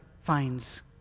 finds